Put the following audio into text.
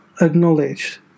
acknowledged